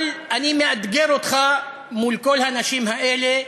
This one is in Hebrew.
אבל אני מאתגר אותך, מול כל האנשים האלה,